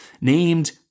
named